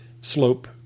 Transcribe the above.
slope